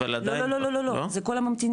אבל עדיין --- לא, לא, לא, זה כל הממתינים.